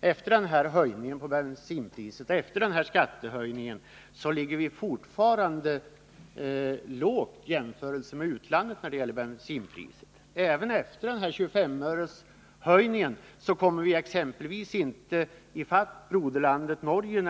efter den senaste höjningen av bensinpriset och även efter den här skattehöjningen — lågt i jämförelse med utlandet. Också efter 25-öreshöjningen kommer vi sålunda exempelvis inte i fatt broderlandet Norge.